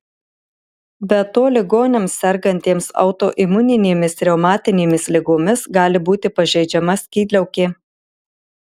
be to ligoniams sergantiems autoimuninėmis reumatinėmis ligomis gali būti pažeidžiama skydliaukė